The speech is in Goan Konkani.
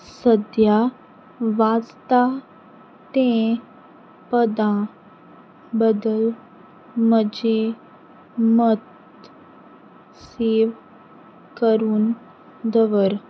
सद्यां वाचता तें पदां बद्दल म्हजें मत सेव करून दवर